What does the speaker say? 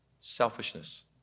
Selfishness